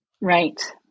Right